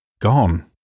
gone